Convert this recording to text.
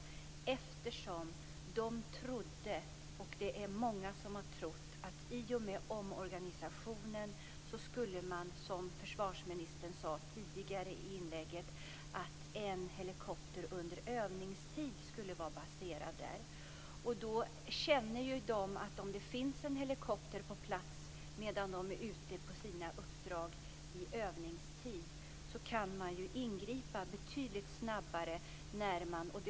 De trodde - och det har många trott - att i och med omorganisationen skulle en helikopter vara baserad där under övningstid, som försvarsministern sade i sitt inlägg. Om det finns en helikopter på plats medan de är ute på sina uppdrag i övningstid kan man ju ingripa betydligt snabbare när det händer olyckor.